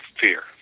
fear